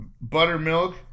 Buttermilk